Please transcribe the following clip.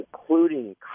including